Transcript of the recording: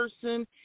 person